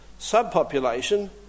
subpopulation